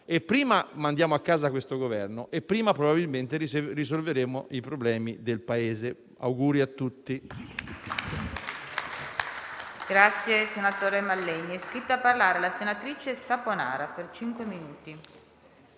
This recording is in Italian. Prima mandiamo a casa questo Governo e prima, probabilmente, risolveremo i problemi del Paese. Auguri a tutti.